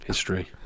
History